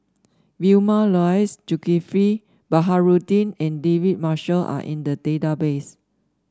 Vilma Laus Zulkifli Baharudin and David Marshall are in the database